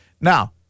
Now